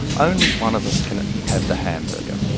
only one of us can have the hamburger.